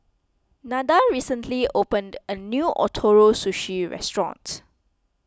Nada recently opened a new Ootoro Sushi restaurant